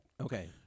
Okay